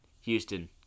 Houston